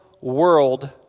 world